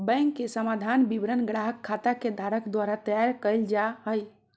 bank समाधान विवरण ग्राहक खाता के धारक द्वारा तैयार कइल जा हइ